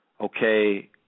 Okay